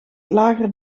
lager